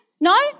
No